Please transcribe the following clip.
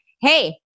hey